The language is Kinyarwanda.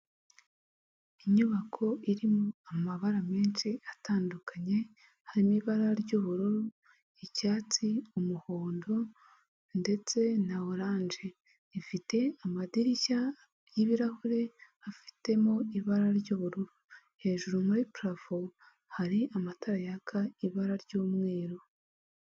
Inyubako irimo amabara menshi atandukanye harimo ibara ry'ubururu, icyatsi, umuhondo ndetse na orange ifite amadirishya y'ibirahure afitemo ibara ry'ubururu hejuru muri purafo hari amatara yaka ibara ry'umweru.